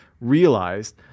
realized